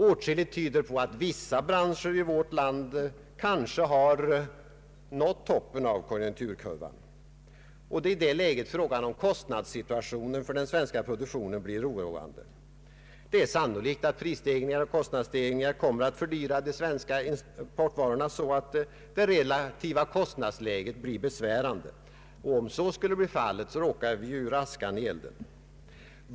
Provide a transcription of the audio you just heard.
Åtskilligt tyder på att vissa branscher i vårt land kanske nått toppen av konjunkturkurvan. I detta läge blir kostnadssituationen för den svenska produktionen oroande. Sannolikt kommer prisstegringar och kostnadsstegringar att fördyra de svenska exportvarorna så att detrelativa kostnadsläget blir besvärande. Om så skulle bli fallet råkar vi ur askan i elden.